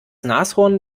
nashorn